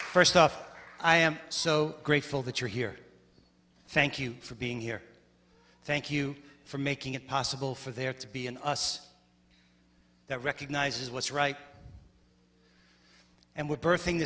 first off i am so grateful that you're here thank you for being here thank you for making it possible for there to be an us that recognizes what's right and we're birthing